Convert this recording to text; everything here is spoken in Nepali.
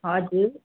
हजुर